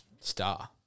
Star